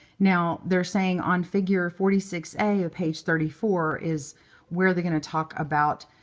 now, they're saying on figure forty six a of page thirty four is where they're going to talk about